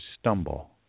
stumble